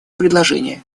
предложения